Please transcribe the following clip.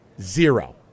zero